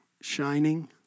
shining